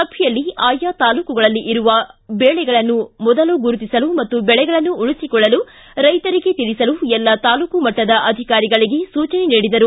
ಸಭೆಯಲ್ಲಿ ಆಯಾ ತಾಲೂಕುಗಳಲ್ಲಿ ಇರುವ ಬೆಳೆಗಳನ್ನು ಮೊದಲು ಗುರುತಿಸಲು ಮತ್ತು ಬೆಳೆಗಳನ್ನು ಉಳಿಸಿಕೊಳ್ಳಲು ರೈತರಿಗೆ ತಿಳಿಸಲು ಎಲ್ಲ ತಾಲೂಕು ಮಟ್ಟದ ಅಧಿಕಾರಿಗಳಿಗೆ ಸೂಚನೆ ನೀಡಿದರು